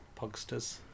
Pogsters